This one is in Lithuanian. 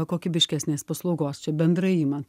kokybiškesnės paslaugos čia bendrai imant